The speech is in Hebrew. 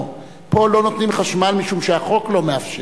פה לא נותנים חשמל משום שהחוק לא מאפשר.